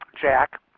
Jack